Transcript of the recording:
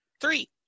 Three